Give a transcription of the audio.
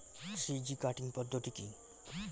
Three G cutting পদ্ধতি কি?